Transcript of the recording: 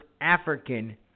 African